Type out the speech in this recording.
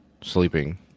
Sleeping